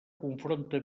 confronta